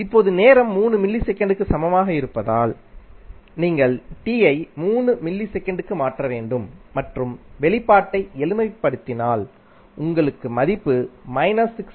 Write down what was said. இப்போது நேரம் 3 மில்லி செகண்டுக்கு சமமாக இருப்பதால் நீங்கள் t ஐ 3 மில்லி செகண்டுக்கு மாற்ற வேண்டும் மற்றும் வெளிப்பாட்டை எளிமைப்படுத்தினால் உங்களுக்கு மதிப்பு மைனஸ் 6